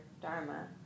dharma